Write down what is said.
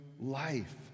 life